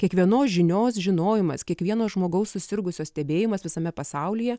kiekvienos žinios žinojimas kiekvieno žmogaus susirgusio stebėjimas visame pasaulyje